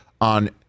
on